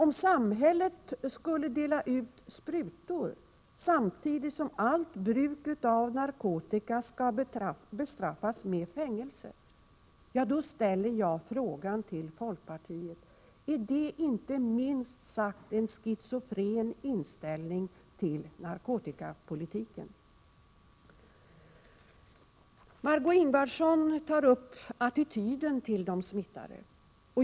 Om samhället skulle dela ut sprutor, samtidigt som allt bruk av narkotika skall bestraffas med fängelse, så ställer jag frågan till folkpartiet: Är det inte minst sagt en schizofren inställning till narkotikapolitiken?